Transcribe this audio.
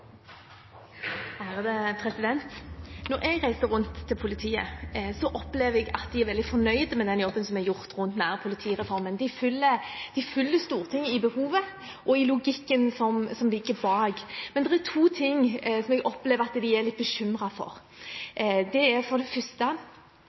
Når jeg reiser rundt til politiet, opplever jeg at de er veldig fornøyd med den jobben som er gjort rundt nærpolitireformen. De følger Stortinget i behovet og i logikken som ligger bak. Men det er to ting som jeg opplever at de er litt bekymret for.